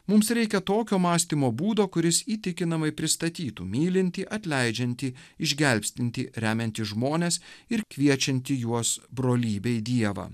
mums reikia tokio mąstymo būdo kuris įtikinamai pristatytų mylintį atleidžiantį išgelbstintį remiantį žmones ir kviečiantį juos brolybei dievą